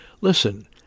Listen